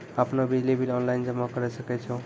आपनौ बिजली bill online जमा करै सकै छौ?